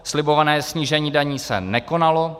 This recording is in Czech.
Slibované snížení daní se nekonalo.